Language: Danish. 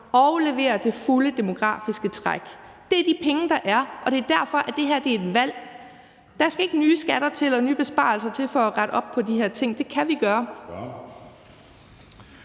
og levere på det fulde demografiske træk. Det er de penge, der er, og det er derfor, at det her er et valg. Der skal ikke nye skatter eller nye besparelser til for at rette op på de her ting. Det kan vi gøre.